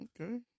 Okay